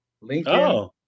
Lincoln